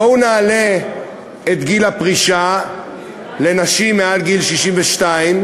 בואו נעלה את גיל הפרישה לנשים מעל גיל 62,